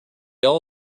all